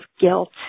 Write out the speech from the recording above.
guilt